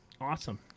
Awesome